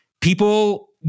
people